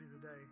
today